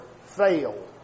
fail